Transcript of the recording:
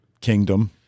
kingdom